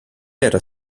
era